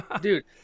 dude